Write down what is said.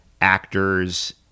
actors